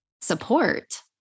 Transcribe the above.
support